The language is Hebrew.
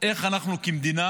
איך אנחנו כמדינה